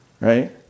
right